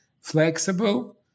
flexible